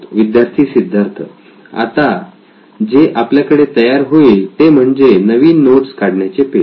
विद्यार्थी सिद्धार्थ आता जे आपल्याकडे तयार होईल ते म्हणजे नवीन नोट्स काढण्याचे पेज